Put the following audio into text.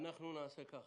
נעשה כך: